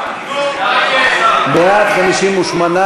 ההסתייגויות לסעיף 05,